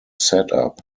setup